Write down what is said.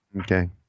Okay